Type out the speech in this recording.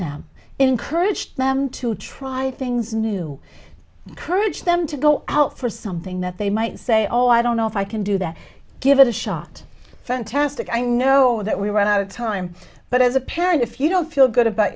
them encourage them to try things new encourage them to go out for something that they might say oh i don't know if i can do that give it a shot fantastic i know that we want out time but as a parent if you don't feel good about